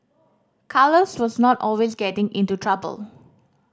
Carlos was not always getting into trouble